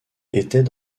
étaient